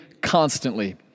constantly